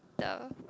the